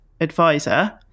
advisor